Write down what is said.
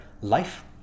life